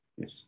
yes